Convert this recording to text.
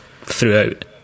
throughout